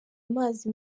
amazi